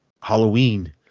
Halloween